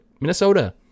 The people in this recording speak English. Minnesota